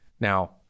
Now